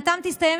בכנסת,